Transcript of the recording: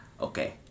Okay